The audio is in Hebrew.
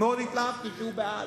מאוד התלהבתי שהוא בעד.